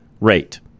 rate